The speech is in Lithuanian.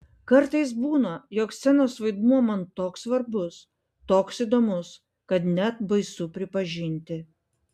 kartais būna jog scenos vaidmuo man toks svarbus toks įdomus kad net baisu pripažinti